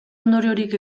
ondoriorik